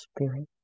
spirit